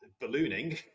ballooning